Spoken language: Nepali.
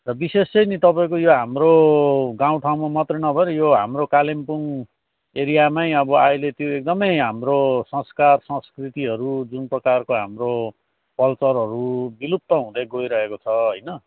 र विशेष चाहिँ नि त तपाईँको यो हाम्रो गाउँ ठाउँमा मात्रै नभएर यो हाम्रो कालिम्पोङ एरियामै अब अहिले त्यो एकदमै हाम्रो संस्कार संस्कृतिहरू जुन प्रकारको हाम्रो कल्चरहरू विलुप्त हुँदै गइरहेको छ होइन